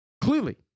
Clearly